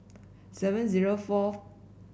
seven zero fourth